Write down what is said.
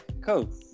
cool